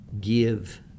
give